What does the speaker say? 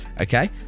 okay